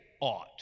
ought